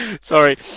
Sorry